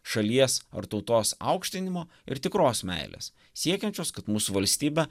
šalies ar tautos aukštinimo ir tikros meilės siekiančios kad mūsų valstybė